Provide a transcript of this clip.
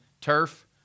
turf